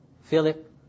Philip